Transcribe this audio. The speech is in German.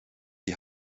die